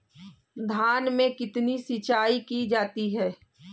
धान में कितनी सिंचाई की जाती है?